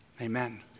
Amen